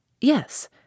Yes